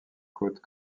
côtes